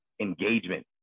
engagement